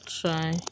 try